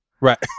Right